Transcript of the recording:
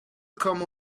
come